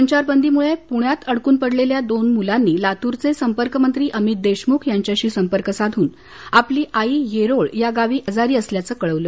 संचार बंदीमुळे पुण्यात अडकून पडलेल्या दोन मुलांनी लातूरचे संपर्कमंत्री अभित देशमुख यांच्याशी संपर्क साधून आपली आई येरोळ या गावी आजारी असल्याचं कळवलं